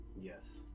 Yes